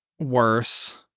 worse